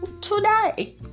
today